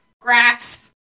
grass